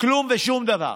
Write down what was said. לא כלום ושום דבר.